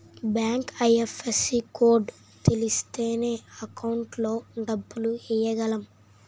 bank IFSC code తెలిస్తేనే account లో డబ్బులు ఎయ్యగలం